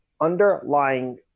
underlying